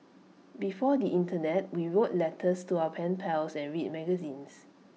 before the Internet we wrote letters to our pen pals and read magazines